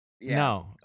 No